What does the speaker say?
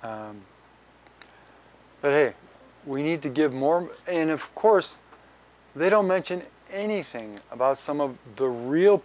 but hey we need to give more and of course they don't mention anything about some of the real